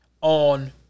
on